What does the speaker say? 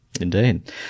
Indeed